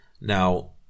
Now